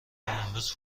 امروز